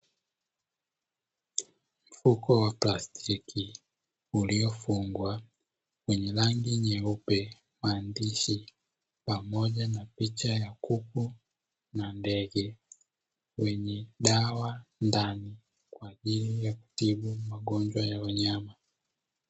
Mfuko wa plastiki uliofungwa wenye rangi nyeupe, maandishi pamoja na picha ya kuku na ndege wenye dawa ndani kwa ajili ya kutibu magonjwa ya wanyama.